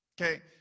Okay